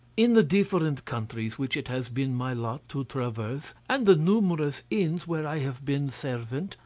in the different countries which it has been my lot to traverse, and the numerous inns where i have been servant,